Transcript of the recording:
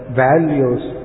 values